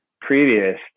previous